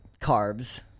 carbs